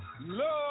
love